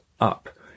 up